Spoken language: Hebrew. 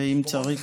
ואם צריך,